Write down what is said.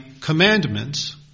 commandments